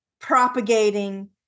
propagating